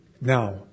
Now